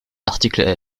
l’article